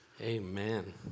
Amen